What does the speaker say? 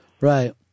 Right